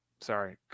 Sorry